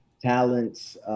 Talents